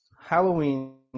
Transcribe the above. Halloween